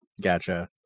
Gotcha